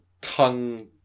tongue